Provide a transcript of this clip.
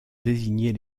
désigner